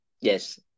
Yes